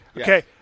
Okay